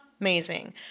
Amazing